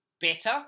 better